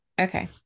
Okay